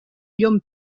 llom